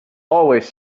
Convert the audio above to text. always